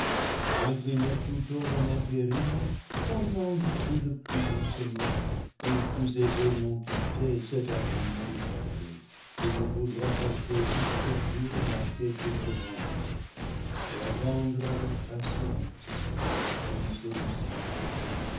incliné plutôt à m'enquérir comment je puis le plus doucement et le plus aisément quitter cet le paradis perdu incommode fardeau qu'il me faudra porter jusqu'au jour marqué pour le rendre et attendre avec patience